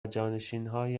جانشینانهای